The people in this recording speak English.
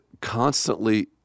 constantly